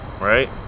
Right